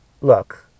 look